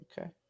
Okay